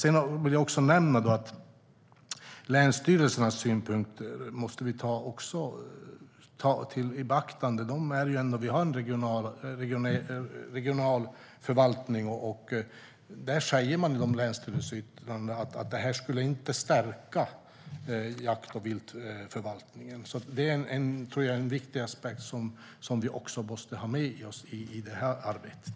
Jag vill också nämna att vi måste ta länsstyrelsernas synpunkter i beaktande. Vi har en regional förvaltning. I länsstyrelsernas yttranden sägs att det här inte skulle stärka jakten och viltförvaltningen. Det tror jag är en viktig aspekt som vi också måste ha med oss i arbetet.